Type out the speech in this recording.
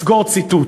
סגור ציטוט.